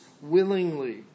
willingly